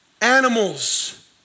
animals